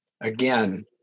Again